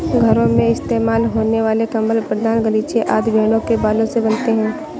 घरों में इस्तेमाल होने वाले कंबल पैरदान गलीचे आदि भेड़ों के बालों से बनते हैं